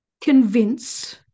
convince